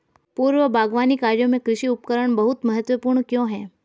पूर्व बागवानी कार्यों में कृषि उपकरण बहुत महत्वपूर्ण क्यों है?